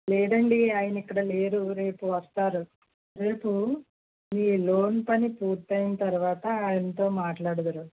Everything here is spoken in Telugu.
లేదండి ఆయన ఇక్కడ లేరు రేపు వస్తారు రేపు మీ లోను పని పూర్తి అయిన తరువాత ఆయనతో మాట్లాడుదురు